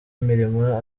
imirimo